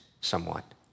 somewhat